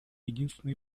единственный